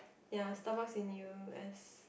ya Starbucks in u_s